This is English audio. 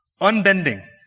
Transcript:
Unbending